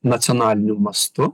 nacionaliniu mastu